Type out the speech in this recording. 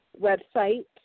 website